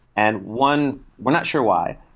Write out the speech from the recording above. and one we're not sure why.